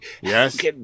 Yes